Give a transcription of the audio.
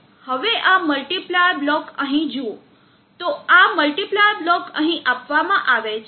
હવે આ multiplier block અહીં જુઓ તો આ મલ્ટીપ્લાયર બ્લોક અહીં આપવામાં આવે છે